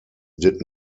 did